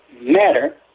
matter